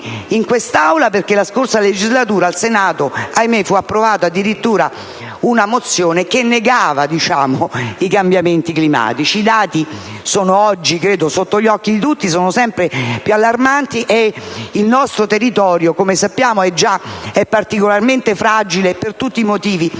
in quest'Aula, perché nella scorsa legislatura al Senato - ahimè - fu approvata addirittura una mozione che negava i cambiamenti climatici. Credo che i dati siano oggi sotto gli occhi di tutti. Sono sempre più allarmanti e il nostro territorio, come sappiamo, è già particolarmente fragile per i tutti i motivi